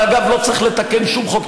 אגב, לא צריך לתקן שום חוק.